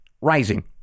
rising